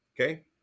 okay